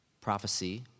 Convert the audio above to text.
prophecy